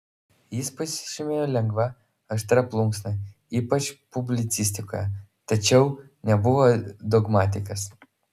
jis pasižymėjo lengva aštria plunksna ypač publicistikoje tačiau nebuvo dogmatikas